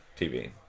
TV